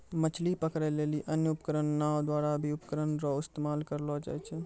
मछली पकड़ै लेली अन्य उपकरण नांव द्वारा भी उपकरण रो इस्तेमाल करलो जाय छै